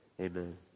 Amen